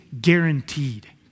guaranteed